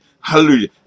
hallelujah